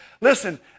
Listen